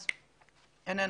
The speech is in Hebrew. אם כן,